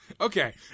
okay